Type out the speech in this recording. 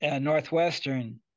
Northwestern